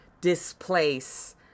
displace